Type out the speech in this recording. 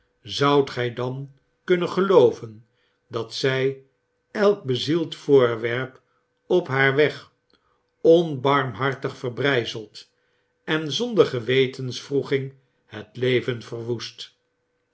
zoudt gy dan kunnen gelooven dat zy elk bezield voorwerp op haar weg onbarmhartig verbry zelt en zonder gewetenswroeging het leven verwoest